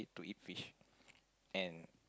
to eat fish and